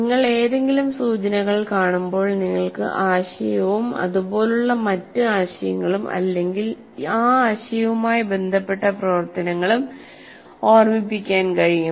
നിങ്ങൾ ഏതെങ്കിലും സൂചനകൾ കാണുമ്പോൾ നിങ്ങൾക്ക് ആശയവും അതുപോലുള്ള മറ്റ് ആശയങ്ങളും അല്ലെങ്കിൽ ആ ആശയവുമായി ബന്ധപ്പെട്ട പ്രവർത്തനങ്ങളും ഓർമ്മിക്കാൻ കഴിയും